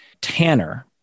Tanner